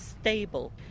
stable